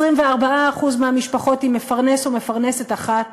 24% מהמשפחות עם מפרנס או מפרנסת אחת